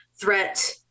threat